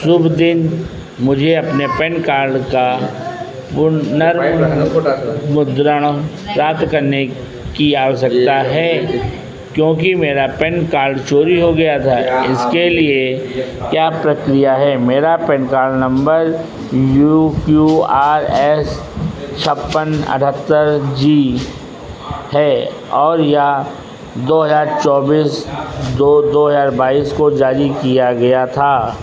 शुभ दिन मुझे अपने पैन कार्ड का पुनर्मुद्रण प्राप्त करने की आवश्यकता है क्योंकि मेरा पैन कार्ड चोरी हो गया था इसके लिए क्या प्रक्रिया है मेरा PAN card number P Q R S छप्पन अटहत्तर जी है और यह दो हज़ार चौबीस दो दो हज़ार बाईस को जारी किया गया था